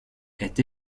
est